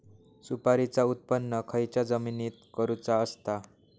सुपारीचा उत्त्पन खयच्या जमिनीत करूचा असता?